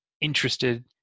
interested